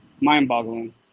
mind-boggling